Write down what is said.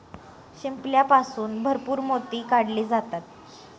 शिंपल्यापासून भरपूर मोती काढले जातात